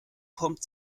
kommt